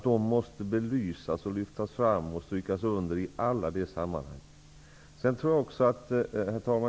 De måste belysas, lyftas fram och strykas under i alla sammanhang. Herr talman!